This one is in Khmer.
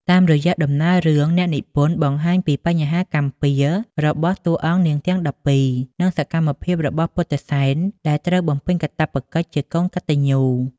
តាមរយៈដំណើររឿង អ្នកនិពន្ធបង្ហាញពីបញ្ហាកម្មពៀររបស់តួអង្គនាងទាំង១២ និងសកម្មភាពរបស់ពុទ្ធិសែនដែលត្រូវបំពេញកាតព្វកិច្ចជាកូនកត្តញ្ញូ។